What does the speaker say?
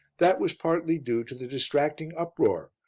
that was partly due to the distracting uproar,